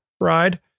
ride